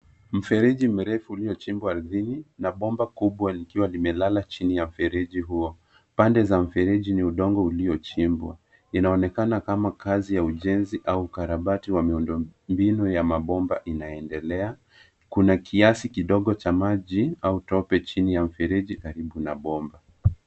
Mifereji mirefu uliochimbwa ardhini na bomba kubwa likiwa limelala chini ya mfereji huo. Pande za mfereji ni udongo uliochimbwa. Inaonekana kama kazi ya ujenzi au ukarabati wa miundo mbinu ya mabomba inaendelea. Kuna kiasi kidogo cha maji au tope chini ya mfereji karibu na bomba.